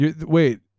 wait